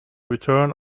return